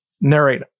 narrate